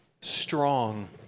strong